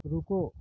رکو